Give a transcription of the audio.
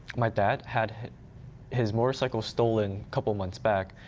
my dad had his motorcycle stolen couple months back.